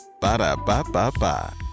Ba-da-ba-ba-ba